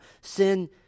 sin